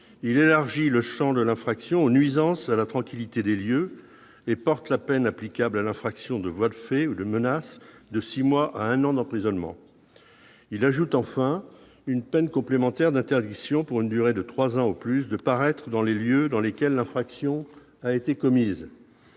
Il élargit le champ de l'infraction aux nuisances à la tranquillité des lieux et porte la peine applicable à l'infraction de voies de fait ou de menace de six mois à un an d'emprisonnement. D'autre part, il ajoute une peine complémentaire d'interdiction, pour une durée de trois ans au plus, de paraître dans les lieux dans lesquels l'infraction a été commise.